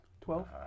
Twelve